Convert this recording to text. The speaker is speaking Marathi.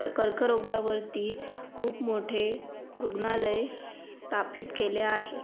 कर्करोगावरती खूप मोठे रुग्णालय स्थापित केले आहे